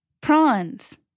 Prawns